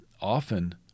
often